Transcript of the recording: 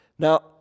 Now